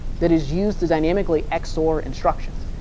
that is used to dynamically xor instructions,